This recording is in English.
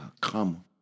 come